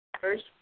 first